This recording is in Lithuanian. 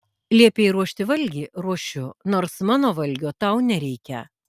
liepei ruošti valgį ruošiu nors mano valgio tau nereikia